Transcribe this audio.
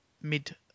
mid